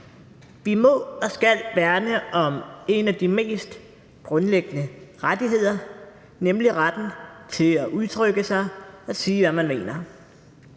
Vi må og skal værne om en af de mest grundlæggende rettigheder, nemlig retten til at udtrykke sig og sige, hvad man mener.